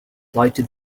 lighted